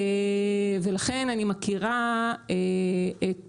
ולכן אני מכירה את